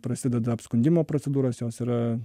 prasideda apskundimo procedūros jos yra